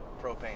propane